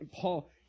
Paul